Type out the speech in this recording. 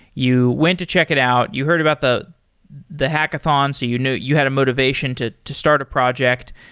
you went to check it out. you heard about the the hackathon. so you know you had a motivation to to start a project.